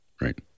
Right